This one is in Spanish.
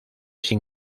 sin